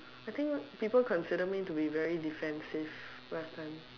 I think people consider me to be very defensive last time